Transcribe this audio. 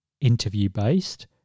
interview-based